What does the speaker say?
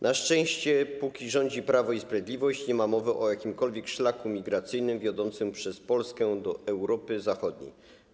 Na szczęście póki rządzi Prawo i Sprawiedliwość nie ma mowy o jakimkolwiek szlaku migracyjnym wiodącym przez Polskę do Europy Zachodniej.